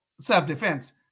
self-defense